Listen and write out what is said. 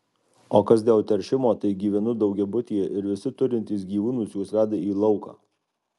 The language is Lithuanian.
o kas dėl teršimo tai gyvenu daugiabutyje ir visi turintys gyvūnus juos veda į lauką